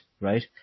right